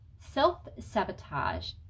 self-sabotage